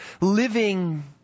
living